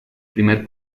primer